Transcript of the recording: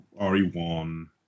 RE1